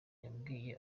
yabwiye